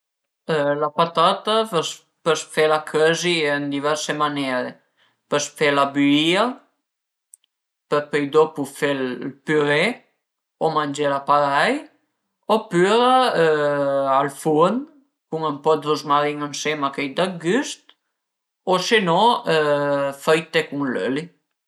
La patata pös pös fela cözi ën diverse maniere, pös fela büìa për pöi dopu fe ël puré o mangela parei opüra al furn cun ën po dë ruzmarin ënsema ch'a i da güst o se no fritte cun l'öli